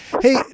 hey